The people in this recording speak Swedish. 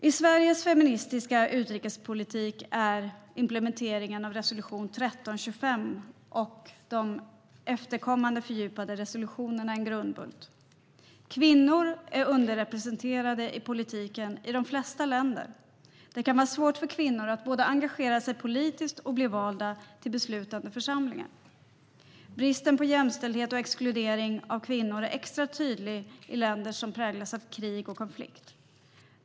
I Sveriges feministiska utrikespolitik är implementeringen av resolution 1325 och de efterkommande fördjupade resolutionerna en grundbult. Kvinnor är underrepresenterade i politiken i de flesta länder. Det kan vara svårt för kvinnor att engagera sig politiskt och att bli valda till beslutande församlingar. Bristen på jämställdhet och exkluderingen av kvinnor är extra tydlig i länder som präglas av krig och konflikt.